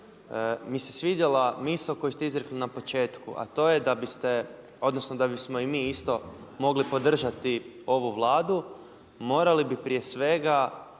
mi se svidjela misao koju ste izrekli na početku, a to je da biste odnosno da bismo i mi isto mogli podržati ovu Vladu morali bi prije svega